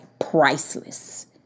priceless